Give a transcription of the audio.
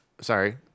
sorry